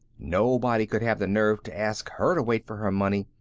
nobody could have the nerve to ask her to wait for her money.